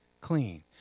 clean